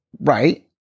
Right